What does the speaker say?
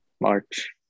March